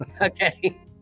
Okay